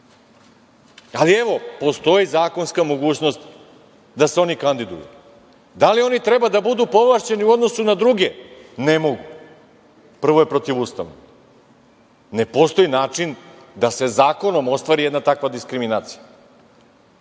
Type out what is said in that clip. Ali, evo, postoji zakonska mogućnost da se oni kandiduju. Da li oni treba da budu povlašćeni u odnosu na druge? Ne mogu. Prvo je protivustavno. Ne postoji način da se zakonom ostvari jedna takva diskriminacija.